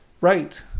right